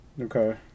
Okay